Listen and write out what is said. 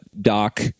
doc